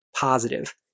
positive